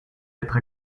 être